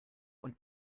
und